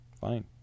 fine